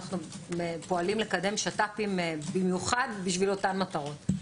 אנו פועלים לקדם שת"פים במיוחד לאותן מטרות.